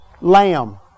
Lamb